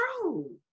true